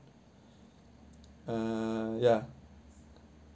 uh ya